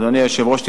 אדוני היושב-ראש,